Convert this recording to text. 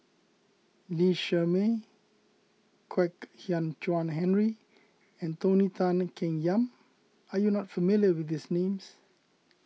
Lee Shermay Kwek Hian Chuan Henry and Tony Tan Keng Yam are you not familiar with these names